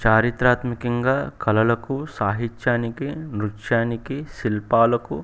చారిత్రాత్మకంగా కళలకు సాహిత్యానికి నృత్యానికి శిల్పాలకు